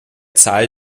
zahl